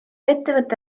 ettevõtte